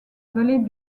vallée